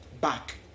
Back